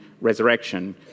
resurrection